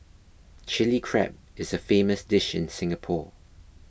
Chilli Crab is a famous dish in Singapore